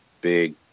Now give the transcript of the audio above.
big